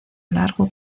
largo